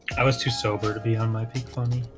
i was too sober to be on my peak funny